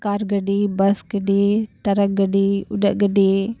ᱠᱟᱨ ᱜᱟᱹᱰᱤ ᱵᱟᱥ ᱜᱟᱹᱰᱤ ᱴᱟᱨᱟᱠ ᱜᱟᱹᱰᱤ ᱩᱰᱟᱹᱜ ᱜᱟᱹᱰᱤ